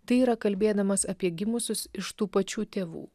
tai yra kalbėdamas apie gimusius iš tų pačių tėvų